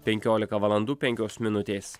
penkiolika valandų penkios minutės